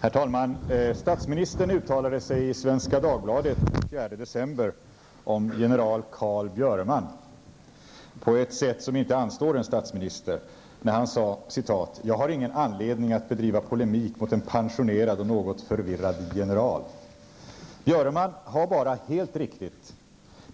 Herr talman! Statministern uttalade sig i Svenska Björeman på ett sätt som inte anstår en statsminister. Statsministern sade: ''Jag har ingen anledning att bedriva polemik mot en pensionerad och något förvirrad general.'' Björeman har bara, helt riktigt,